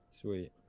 sweet